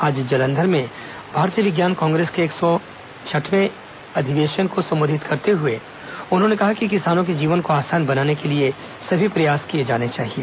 आज जलंधर में भारतीय विज्ञान कांग्रेस के एक सौ छठवें अधिवेशन को संबोधित करते हुए उन्होंने कहा कि किसानों के जीवन को आसान बनाने के लिए भी प्रयास किए जाने चाहिए